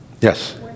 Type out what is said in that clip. Yes